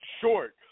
Short